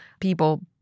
people